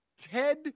Ted